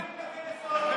לממשלה אין קווי יסוד.